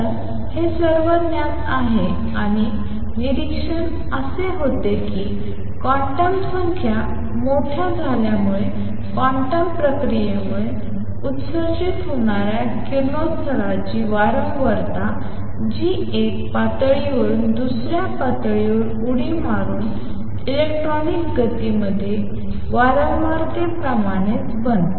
तर हे सर्वज्ञात आहे आणि निरीक्षण असे होते की क्वांटम संख्या मोठ्या झाल्यामुळे क्वांटम प्रक्रियेमुळे उत्सर्जित होणाऱ्या किरणोत्सर्गाची वारंवारता जी एका पातळीवरून दुस या पातळीवर उडी मारून इलेक्ट्रॉनिक गतीमध्ये वारंवारतेप्रमाणेच बनते